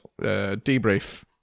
debrief